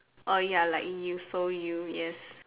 oh ya like you so you yes